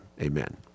amen